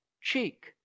cheek